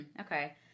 Okay